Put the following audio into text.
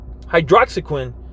hydroxyquin